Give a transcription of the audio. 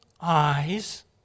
eyes